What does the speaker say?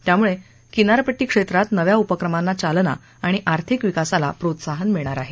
यामुळे किनारपट्टी क्षेत्रामधे नव्या उपक्रमांना चालना आणि आर्थिक विकासाला प्रोत्साहन मिळणार आहे